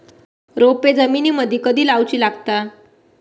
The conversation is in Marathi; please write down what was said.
रोपे जमिनीमदि कधी लाऊची लागता?